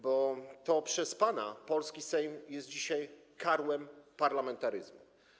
Bo to przez pana polski Sejm jest dzisiaj karłem parlamentaryzmu.